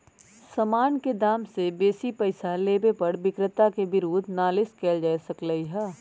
समान के दाम से बेशी पइसा लेबे पर विक्रेता के विरुद्ध नालिश कएल जा सकइ छइ